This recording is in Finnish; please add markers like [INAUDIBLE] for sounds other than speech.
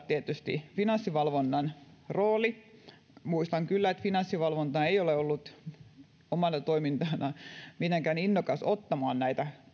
[UNINTELLIGIBLE] tietysti finanssivalvonnan rooli muistan kyllä että finanssivalvonta ei ole ollut omana toimintanaan mitenkään innokas ottamaan näitä